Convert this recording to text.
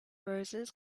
roses